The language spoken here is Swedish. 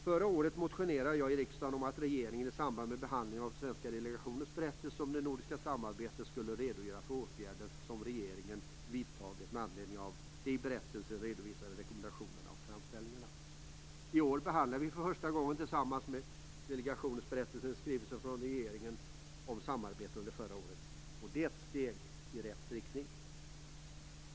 Förra året motionerade jag i riksdagen om att regeringen, i samband med behandlingen av den svenska delegations berättelser om det nordiska samarbetet, skulle redogöra för de åtgärder som regeringen vidtagit med anledning av de i berättelserna redovisade rekommendationerna och framställningarna. I år är det första gången som vi tillsammans med delegationen behandlar en regeringsskrivelse om samarbete under förra året. Det är ett steg i rätt riktning.